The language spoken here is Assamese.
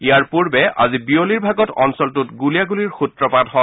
ইয়াৰ পূৰ্বে আজি বিয়লিৰ ভাগত অঞ্চলটোত গুলিয়াগুলিৰ সূত্ৰপাত হয়